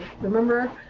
Remember